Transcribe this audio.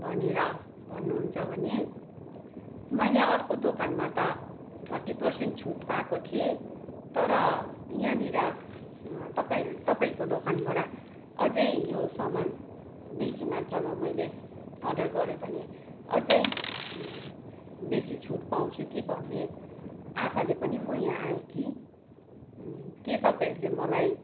भनेर भन्नु हुन्छ भने मैले अर्को दोकानमा त थर्टी पर्सेन्ट छुट पाएको थिएँ तर यहाँनेर तपाईँ तपाईँको दोकानबाट अझ यो सामान बेसी मात्रमा मैले अर्डर गर्यो भने अझ बेसी छुट पाउँछौँ कि भन्ने आशाले पनि म यहाँ आएकी के तपाईँहरूले मलाई